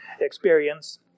experience